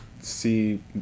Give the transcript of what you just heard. see